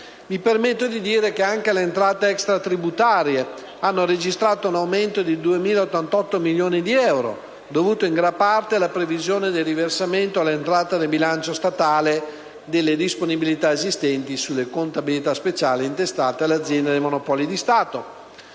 Mi permetto di dire che anche le entrate extratributarie hanno registrato un aumento di 2.088 milioni di euro, dovuti in gran parte alla previsione del riversamento, nell'entrata del bilancio statale, delle disponibilità esistenti sulle contabilità speciali intestate all'Azienda dei monopoli di Stato.